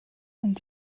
and